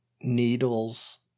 needles